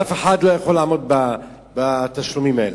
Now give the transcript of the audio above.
ואף אחד לא יכול לעמוד בתשלומים האלה.